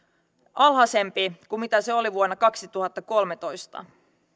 alhaisempi kuin mitä se oli vuonna kaksituhattakolmetoista